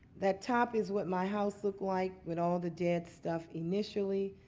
that top is what my house looked like with all the dead stuff initially.